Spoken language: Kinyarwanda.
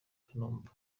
kanumba